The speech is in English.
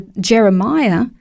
Jeremiah